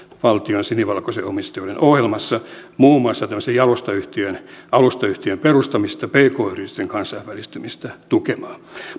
sinivalkoisen omistamisen ohjelmassamme muun muassa tämmöisen alustayhtiön alustayhtiön perustamista pk yritysten kansainvälistymistä tukemaan